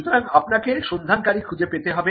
সুতরাং আপনাকে সন্ধানকারী খুঁজে পেতে হবে